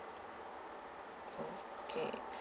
okay